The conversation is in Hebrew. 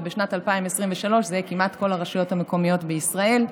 ובשנת 2023 זה יהיה כמעט כל הרשויות המקומיות בישראל.